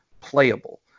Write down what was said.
playable